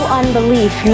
unbelief